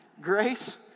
Grace